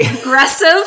aggressive